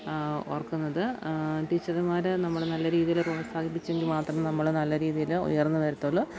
ഓർക്കുന്നത് ടീച്ചർമാരെ നമ്മൾ നല്ല രീതിയിൽ പ്രോത്സാഹിപ്പിച്ചെങ്കിൽ മാത്രം നമ്മൾ നല്ല രീതിയിൽ ഉയർന്ന് വരത്തുള്ളു